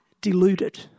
deluded